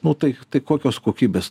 nu tai tai kokios kokybės